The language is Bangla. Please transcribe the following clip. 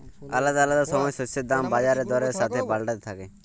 আলাদা আলাদা সময় শস্যের দাম বাজার দরের সাথে পাল্টাতে থাক্যে